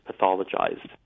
pathologized